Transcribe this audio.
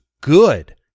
good